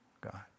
God